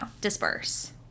disperse